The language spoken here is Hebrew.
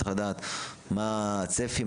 צריך לדעת מה הצפי,